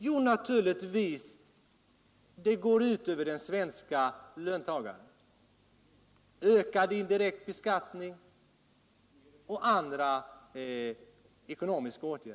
Jo, naturligtvis går det ut över den svenske löntagaren genom ökad indirekt beskattning och andra ekonomiska pålagor.